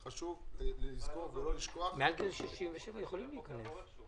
חשוב לזכור ולא לשכוח --- מעל גיל 67 יכולים להיכנס,